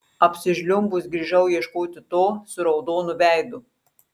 apsižliumbus grįžau ieškoti to su raudonu veidu